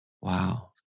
Wow